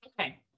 Okay